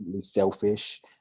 selfish